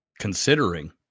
Considering